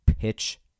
pitch